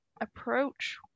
approach